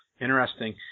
Interesting